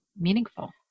meaningful